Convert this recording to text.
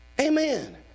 amen